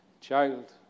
Child